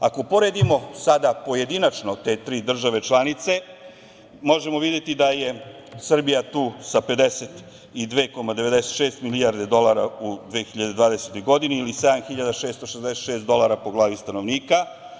Ako poredimo sada pojedinačno te tri države članice možemo videti da je Srbija tu sa 52,96 milijarde dolara u 2020. godini ili 7.666 dolara po glavi stanovnika.